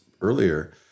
earlier